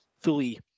fully